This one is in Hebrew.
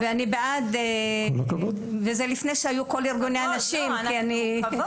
וזה לפני שארגוני הנשים התחילו בכלל את הפעילות שלהם.